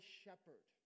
shepherd